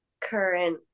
Current